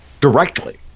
directly